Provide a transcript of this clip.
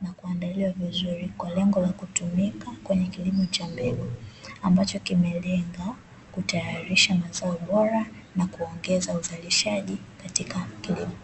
na kuandaliwa vizuri, kwa lengo la kutumika kwenye kilimo cha mbegu, ambacho kimelenga kutayarisha mazao bora na kuongeza uzalishaji katika kilimo.